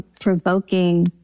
provoking